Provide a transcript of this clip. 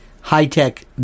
high-tech